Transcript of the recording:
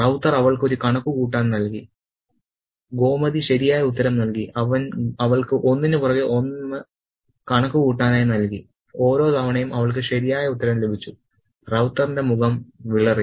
റൌത്തർ അവൾക്ക് ഒരു കണക്ക് കൂട്ടാൻ നൽകി ഗോമതി ശരിയായ ഉത്തരം നൽകി അവൻ അവൾക്ക് ഒന്നിന് പുറകെ ഒന്ന് കണക്കുകൂട്ടാനായി നൽകി ഓരോ തവണയും അവൾക്ക് ശരിയായ ഉത്തരം ലഭിച്ചു റൌത്തറിന്റെ മുഖം വിളറി